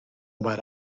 about